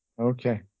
Okay